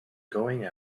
going